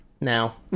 now